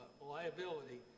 liability